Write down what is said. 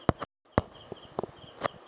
ಬೀಜವನ್ನು ಪ್ಲಾಸ್ಟಿಕ್ ಕವರಿನಲ್ಲಿ ಹಾಕಿ ಬೆಳೆಸುವುದಾ?